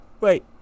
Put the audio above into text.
Wait